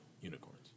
Unicorns